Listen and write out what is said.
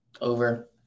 over